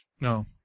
No